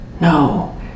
No